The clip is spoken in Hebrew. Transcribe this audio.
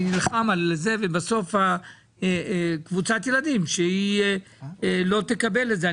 אני נלחם על זה, ובסוף קבוצת ילדים לא תקבל את זה.